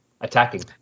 attacking